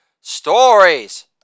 stories